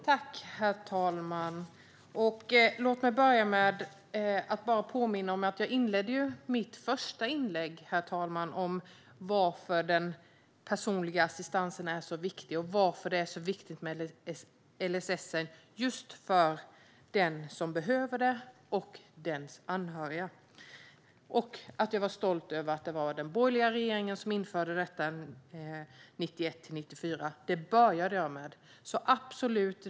Herr talman! Låt mig börja med att påminna om att jag inledde mitt första inlägg med varför LSS, den personliga assistansen, är så viktig just för den som behöver det och dennes anhöriga och att jag är stolt över att det var den borgerliga regeringen som införde den 1991-1994.